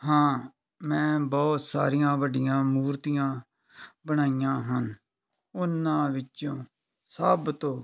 ਹਾਂ ਮੈਂ ਬਹੁਤ ਸਾਰੀਆਂ ਵੱਡੀਆਂ ਮੂਰਤੀਆਂ ਬਣਾਈਆਂ ਹਨ ਉਨ੍ਹਾਂ ਵਿੱਚੋਂ ਸਭ ਤੋਂ